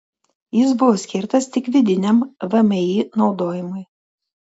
jis buvo skirtas tik vidiniam vmi naudojimui